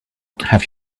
have